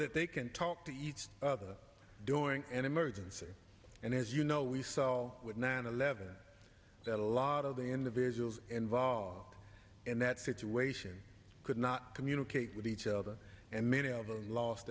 that they can talk to each other during an emergency and as you know we saw with nine eleven that a lot of the individuals involved in that situation could not communicate with each other and many of them lost